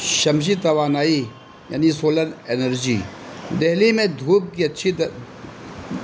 شمشی توانائی یعنی solar energy Delhi میں دھوپ کی اچھی